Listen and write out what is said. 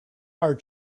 are